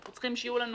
אנחנו צריכים שיהיו לנו